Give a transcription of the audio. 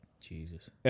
Jesus